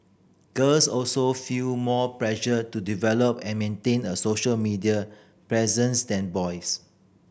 girls also feel more pressure to develop and maintain a social media presence than boys